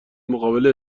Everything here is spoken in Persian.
مقابل